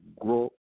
grow